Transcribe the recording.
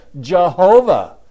Jehovah